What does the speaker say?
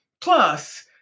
Plus